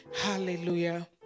Hallelujah